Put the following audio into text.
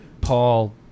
Paul